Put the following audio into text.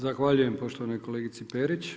Zahvaljujem poštovanoj kolegici Perić.